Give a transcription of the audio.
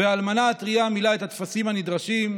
והאלמנה הטרייה מילאה את הטפסים הנדרשים,